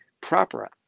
proper